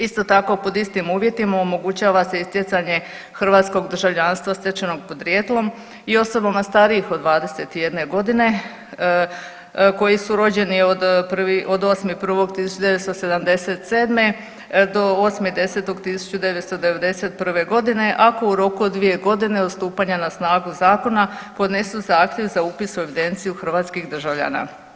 Isto tako pod istim uvjetima omogućava se i stjecanje hrvatskog državljanstva stečenog podrijetlom i osobama starijih od 21 godine koji su rođeni od 8.1.1977. do 8.10.1991. godine ako u roku od 2 godine od stupanja na snagu zakona podnesu zahtjev za upis u evidenciju hrvatskih državljana.